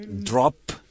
drop